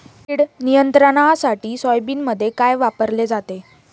कीड नियंत्रणासाठी सोयाबीनमध्ये काय वापरले जाते?